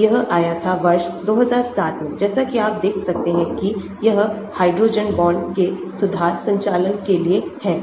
यह आया था वर्ष 2007 में जैसा कि आप देख सकते हैं कि यह हाइड्रोजन बॉन्ड के सुधार संचालन के लिए है